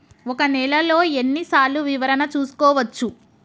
ఒక నెలలో ఎన్ని సార్లు వివరణ చూసుకోవచ్చు?